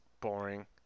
boring